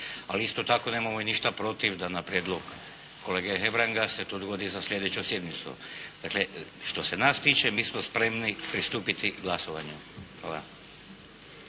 ali isto tako nemamo ništa protiv da na prijedlog kolege Hebranga se to odgodi za slijedeću sjednicu. Dakle, što se nas tiče mi smo spremni pristupiti glasovanju. Hvala.